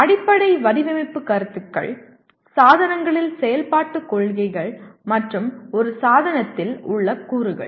அடிப்படை வடிவமைப்பு கருத்துக்கள் சாதனங்களின் செயல்பாட்டுக் கொள்கைகள் மற்றும் ஒரு சாதனத்தில் உள்ள கூறுகள்